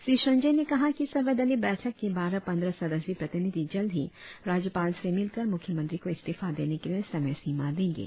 श्री संजोय ने कहा कि सर्वदलीय पार्टी के बारह पंद्रह सदस्यी प्रतिनिधि जल्द ही राज्यपाल से मिलकर मुख्यमंत्री को इस्तीफा देने के लिए समय सीमा देंगे